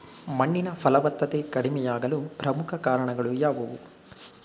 ಮಣ್ಣಿನ ಫಲವತ್ತತೆ ಕಡಿಮೆಯಾಗಲು ಪ್ರಮುಖ ಕಾರಣಗಳು ಯಾವುವು?